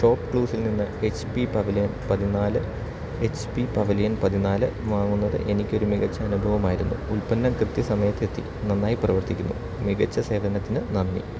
shop ക്ലൂസിൽ നിന്ന് H P pavilion പതിനാല് എച്ച് പി പവലിയൻ പതിനാല് വാങ്ങുന്നത് എനിക്കൊരു മികച്ച അനുഭവമായിരുന്നു ഉൽപ്പന്നം കൃത്യസമയത്തെത്തി നന്നായി പ്രവർത്തിക്കുന്നു മികച്ച സേവനത്തിന് നന്ദി